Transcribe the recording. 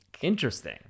Interesting